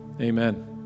Amen